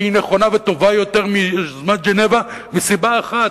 שהיא נכונה וטובה יותר מיוזמת ז'נבה מסיבה אחת,